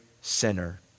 sinner